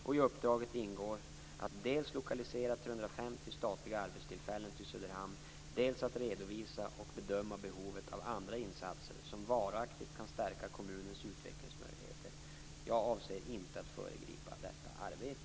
I uppdraget ingår att dels lokalisera 350 statliga arbetstillfällen till Söderhamn, dels att redovisa och bedöma behovet av andra insatser som varaktigt kan stärka kommunens utvecklingsmöjligheter. Jag avser inte att föregripa detta arbete.